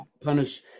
punish